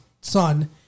son